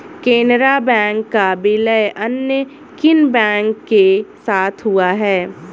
Canara bank का विलय अन्य किन बैंक के साथ हुआ है?